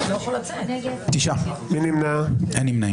הצבעה לא אושרו.